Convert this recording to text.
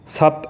ਸੱਤ